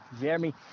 jeremy